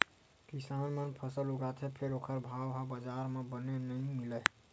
किसान मन फसल उगाथे फेर ओखर भाव ह बजार म बने नइ मिलय